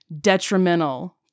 detrimental